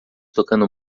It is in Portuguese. tocando